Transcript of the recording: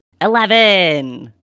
Eleven